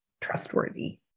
trustworthy